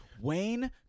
Wayne